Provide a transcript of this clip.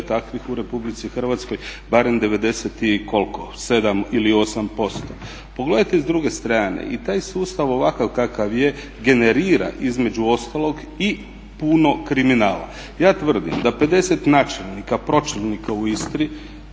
takvih u Republici Hrvatskoj barem 90 i koliko 7 ili 8%. Pogledajte i s druge strane i taj sustav ovakav kakav je generira između ostalog i puno kriminala. Ja tvrdim da 50 načelnika, pročelnika u Istri,